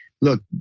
look